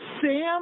Sam